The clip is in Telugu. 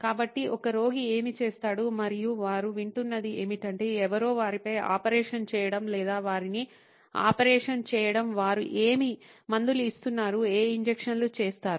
కాబట్టి ఒక రోగి ఏమి చేస్తాడు మరియు వారు వింటున్నది ఏమిటంటే ఎవరో వారిపై ఆపరేషన్ చేయడం లేదా వారిని ఆపరేషన్ చేయడం వారు ఏమి మందులు ఇస్తున్నారు ఏ ఇంజెక్షన్లు చేస్తారు